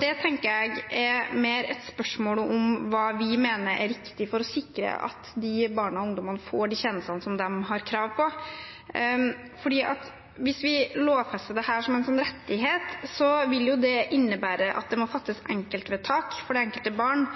Det tenker jeg er mer et spørsmål om hva vi mener er riktig for å sikre at de barna og ungdommene får de tjenestene de har krav på. Hvis vi lovfester dette som en rettighet, vil jo det innebære at det må fattes enkeltvedtak for det enkelte barn